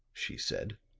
she said.